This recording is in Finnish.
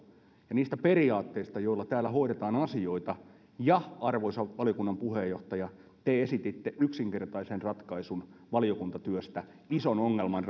ja niistä periaatteista joilla täällä hoidetaan asioita ja arvoisa valiokunnan puheenjohtaja te esititte yksinkertaisen ratkaisun valiokuntatyöstä ison ongelman